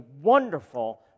wonderful